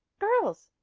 girls,